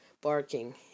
barking